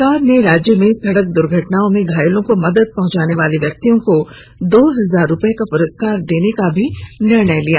सरकार ने राज्य में सड़क दुर्घटनाओं में घायलों को मदद पहुंचाने वाले व्यक्तियों को दो हजार रुपये का पुरस्कार देने का भी निर्णय लिया